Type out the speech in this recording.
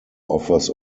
offers